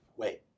Wait